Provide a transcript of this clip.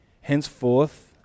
Henceforth